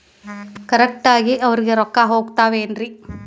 Correct ಆಗಿ ಅವರಿಗೆ ರೊಕ್ಕ ಹೋಗ್ತಾವೇನ್ರಿ?